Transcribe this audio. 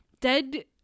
dead